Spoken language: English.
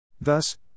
Thus